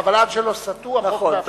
עד שלא סטו, החוק מאפשר.